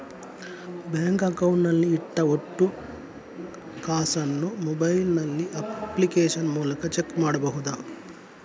Bank account ನಲ್ಲಿ ಇಟ್ಟ ಒಟ್ಟು ಕಾಸನ್ನು ಮೊಬೈಲ್ ನಲ್ಲಿ ಅಪ್ಲಿಕೇಶನ್ ಮೂಲಕ ಚೆಕ್ ಮಾಡಬಹುದಾ?